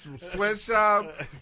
sweatshop